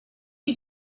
you